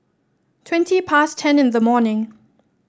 twenty past ten in the morning